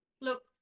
look